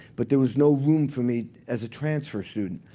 but there was no room for me as a transfer student.